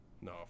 No